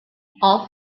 all